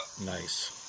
Nice